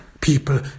people